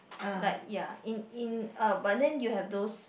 like ya in in uh but then you have those